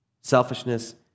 Selfishness